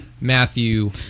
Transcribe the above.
Matthew